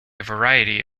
variety